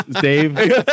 Dave